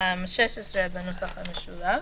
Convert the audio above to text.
16 בנוסח המשולב.